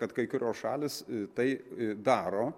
kad kai kurios šalys tai daro